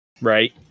right